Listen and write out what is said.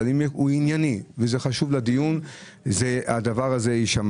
אם הוא ענייני וחשוב לדיון הוא יישמע.